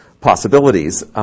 possibilities